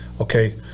okay